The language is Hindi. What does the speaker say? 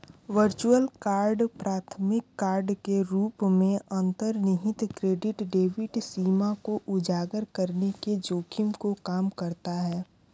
वर्चुअल कार्ड प्राथमिक कार्ड के रूप में अंतर्निहित क्रेडिट डेबिट सीमा को उजागर करने के जोखिम को कम करता है